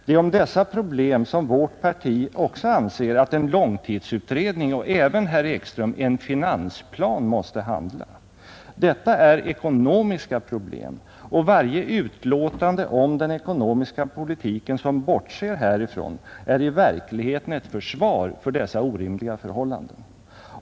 Det är om dessa problem som vårt parti också anser att en långtidsutredning och även, herr Ekström, en finansplan måste handla. Detta är ekonomiska problem, och varje utlåtande om den ekonomiska politiken som bortser härifrån är i verkligheten ett försvar för dessa orimliga förhållanden.